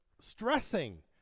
stressing